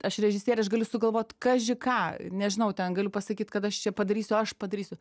aš režisierė aš galiu sugalvot kaži ką nežinau ten galiu pasakyt kad aš čia padarysiu aš padarysiu